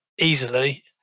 easily